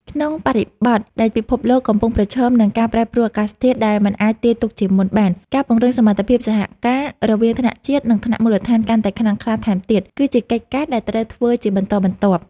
ក្នុងបរិបទដែលពិភពលោកកំពុងប្រឈមនឹងការប្រែប្រួលអាកាសធាតុដែលមិនអាចទាយទុកជាមុនបាន ការពង្រឹងសមត្ថភាពសហការរវាងថ្នាក់ជាតិ និងថ្នាក់មូលដ្ឋានកាន់តែខ្លាំងក្លាថែមទៀត គឺជាកិច្ចការដែលត្រូវធ្វើជាបន្តបន្ទាប់។